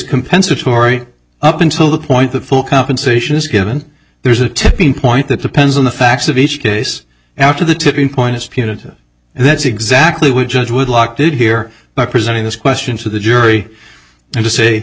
compensatory up until the point the full compensation is given there's a tipping point that depends on the facts of each case after the tipping point is punitive and that's exactly what judge would lock did here by presenting this question to the jury and to say